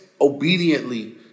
obediently